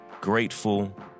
grateful